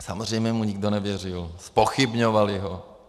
Samozřejmě mu nikdo nevěřil, zpochybňovali ho.